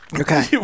Okay